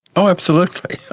oh absolutely,